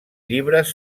llibres